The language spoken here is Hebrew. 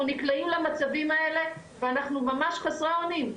אנחנו נקלעים למצבים האלה ואנחנו ממש חסרי אונים,